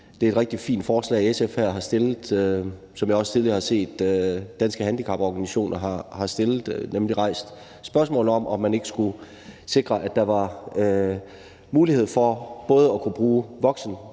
det er et rigtig fint forslag, SF her har fremsat, og jeg har også tidligere set, at Danske Handicaporganisationer har stillet det, nemlig ved at rejse spørgsmål om, om man ikke skulle sikre, at der var mulighed for både at kunne bruge voksen-